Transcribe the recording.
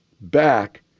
back